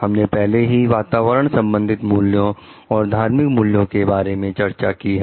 हमने पहले ही वातावरण संबंधित मूल्यों और धार्मिक मूल्यों के बारे में चर्चा की है